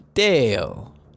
Dale